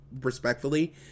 respectfully